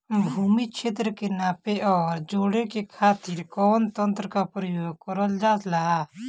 भूमि क्षेत्र के नापे आउर जोड़ने के लिए कवन तंत्र का प्रयोग करल जा ला?